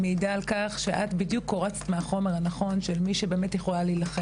מעידה על כך שאת בדיוק קורצת מהחומר הנכון של מי שבאמת יכולה להילחם.